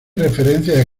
referencias